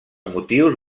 motius